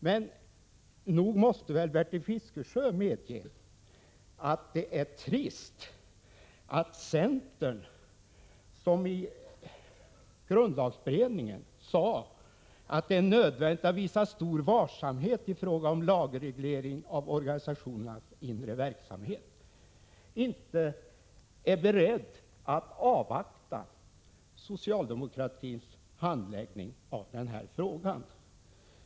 Men då måste väl Bertil Fiskesjö medge att det är trist att centern, som i grundlagberedningen sade att det är nödvändigt att visa stor varsamhet i fråga om lagreglering av organisationernas inre verksamhet, inte är beredd att avvakta socialdemo Prot. 1986/87:46 kratins handläggning av den här frågan.